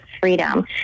freedom